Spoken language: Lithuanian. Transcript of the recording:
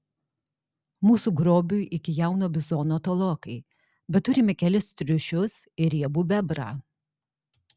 mūsų grobiui iki jauno bizono tolokai bet turime kelis triušius ir riebų bebrą